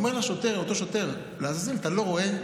לאותו שוטר: לעזאזל, אתה לא רואה?